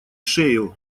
шею